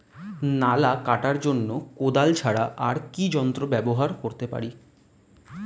নালা কাটার জন্য কোদাল ছাড়া আর কি যন্ত্র ব্যবহার করতে পারি?